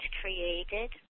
created